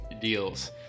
deals